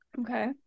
okay